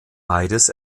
beides